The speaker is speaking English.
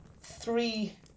three